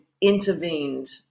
intervened